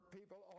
people